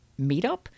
meetup